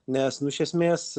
nes nu iš esmės